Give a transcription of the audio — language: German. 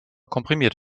komprimiert